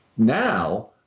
Now